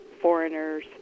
foreigners